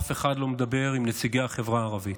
אף אחד לא מדבר עם נציגי החברה הערבית.